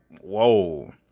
whoa